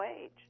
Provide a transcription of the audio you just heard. wage